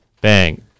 Bang